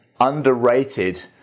underrated